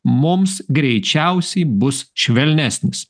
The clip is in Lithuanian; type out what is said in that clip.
mums greičiausiai bus švelnesnis